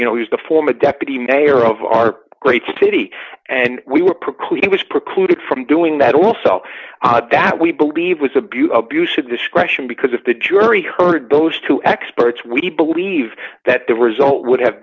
you know he's the former deputy mayor of our great city and we were perfectly it was precluded from doing that also that we believe was abuse abuse of discretion because if the jury heard those two experts we believe that the result would have